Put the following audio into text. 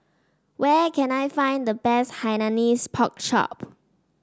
where can I find the best Hainanese Pork Chop